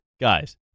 guys